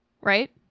right